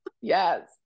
Yes